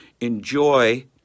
enjoy